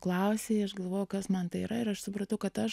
klausei aš galvojau kas man tai yra ir aš supratau kad aš